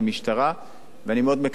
אני מאוד מקווה שהעניין הזה ייפתר.